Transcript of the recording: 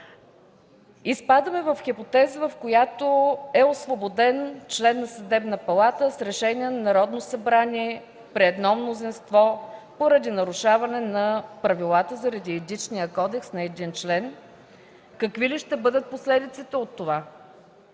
Изпадаме в хипотеза, в която е освободен член на Сметната палата с решение на Народното събрание при едно мнозинство поради нарушаване правилата на Етичния кодекс. Какви ще бъдат последиците от това?